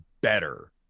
better